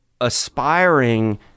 aspiring